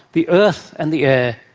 the earth and the air,